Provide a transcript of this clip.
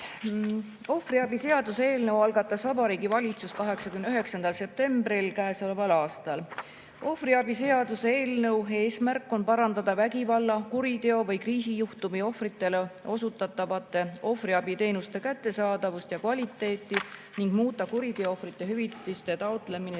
Ohvriabi seaduse eelnõu algatas Vabariigi Valitsus 29. septembril käesoleval aastal. Ohvriabi seaduse eelnõu eesmärk on parandada vägivalla, kuriteo või kriisijuhtumi ohvritele osutatavate ohvriabiteenuste kättesaadavust ja kvaliteeti ning muuta kuriteoohvrite hüvitiste taotlemise